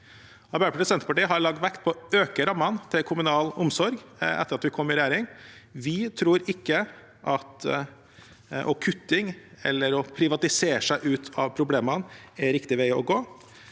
Arbeiderpartiet og Senterpartiet har lagt vekt på å øke rammene til kommunal omsorg etter at vi kom i regjering. Vi tror ikke at å kutte eller privatisere seg ut av problemene er riktig vei å gå,